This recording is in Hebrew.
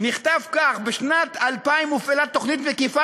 נכתב כך: "בשנת 2000 הופעלה תוכנית מקיפה